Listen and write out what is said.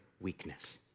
weakness